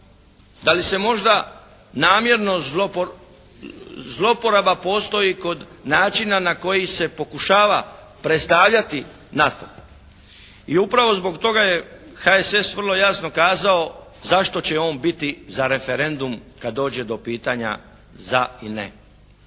Da li se možda namjerno zloporaba postoji kod načina na koji se pokušava predstavljati NATO. I upravo zbog toga je HSS vrlo jasno kazao zašto će on biti za referendum kada dođe do pitanja ZA i NE.